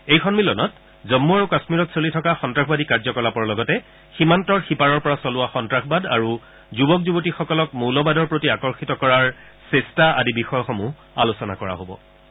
এই সম্মিলনত জম্মু আৰু কাশ্মীৰত চলি থকা সন্তাসবাদী কাৰ্যকলাপৰ লগতে সীমান্তৰ সিপাৰৰ পৰা চলোৱা সন্ত্ৰাসবাদ আৰু যুৱক যুৱতীসকলক মৌলবাদৰ প্ৰতি আকৰ্ষিত কৰাৰ চেষ্টা আদি বিষয়সমূহ আলোচনা কৰা হ'ব